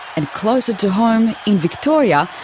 and closer to home, in victoria,